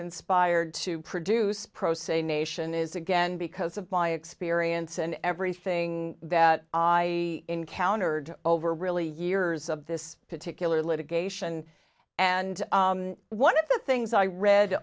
inspired to produce pro se nation is again because of my experience and everything that i encountered over really years of this particular litigation and one of the things i read